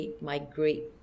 Migrate